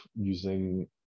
using